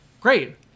great